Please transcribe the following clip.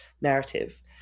narrative